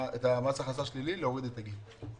את מס הכנסה שלילי ולהוריד את הגיל.